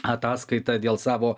ataskaitą dėl savo